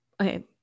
okay